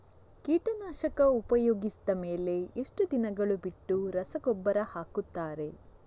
ಕೀಟನಾಶಕ ಉಪಯೋಗಿಸಿದ ಮೇಲೆ ಎಷ್ಟು ದಿನಗಳು ಬಿಟ್ಟು ರಸಗೊಬ್ಬರ ಹಾಕುತ್ತಾರೆ?